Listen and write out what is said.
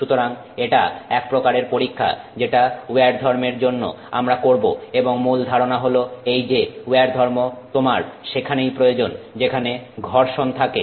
সুতরাং এটা এক প্রকারের পরীক্ষা যেটা উইয়ার ধর্মের জন্য আমরা করব এবং মূল ধারণা হলো এই যে উইয়ার ধর্ম তোমার সেখানেই প্রয়োজন যেখানে ঘর্ষণ থাকে